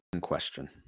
question